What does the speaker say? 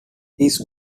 his